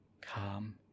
calm